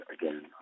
again